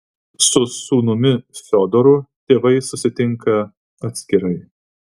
su sūnumi fiodoru tėvai susitinka atskirai